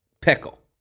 pickle